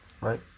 right